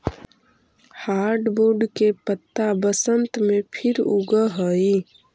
hardwood के पत्त्ता बसन्त में फिर उगऽ हई